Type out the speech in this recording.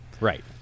Right